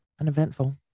Uneventful